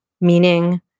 meaning